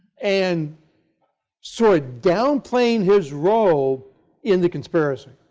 and sort of downplaying his role in the conspiracy.